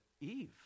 Eve